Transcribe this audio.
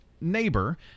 NEIGHBOR